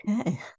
Okay